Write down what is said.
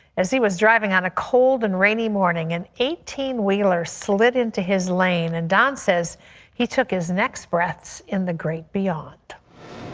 as he was driving on a cold and rainy morning an eighteen wheeler slid into his lane and don says he took his next breath in the great beyond.